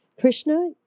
Krishna